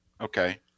Okay